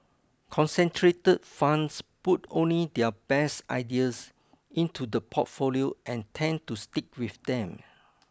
concentrated funds put only their best ideas into the portfolio and tend to stick with them